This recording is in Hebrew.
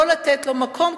לא לתת לו מקום,